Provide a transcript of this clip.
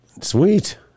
sweet